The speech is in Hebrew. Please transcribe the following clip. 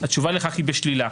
התשובה לכך היא בשלילה,